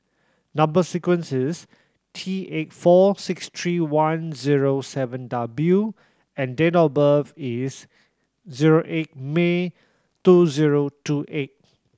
number sequence is T eight four six three one zero seven W and date of birth is zero eight May two zero two eight